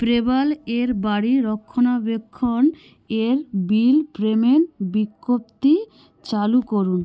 প্রেভাল এর বাড়ি রক্ষণাবেক্ষণ এর বিল পেমেন্ট বিজ্ঞপ্তি চালু করুন